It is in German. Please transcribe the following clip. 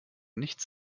nichts